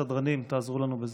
סדרנים, תעזרו לנו בזה.